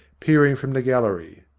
peering from the gallery.